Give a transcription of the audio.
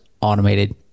Automated